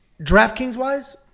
DraftKings-wise